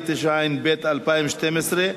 התשע"ב 2012,